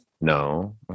No